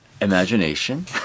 Imagination